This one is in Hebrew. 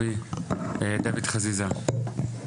דוד חזיזה.